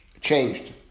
changed